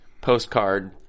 postcard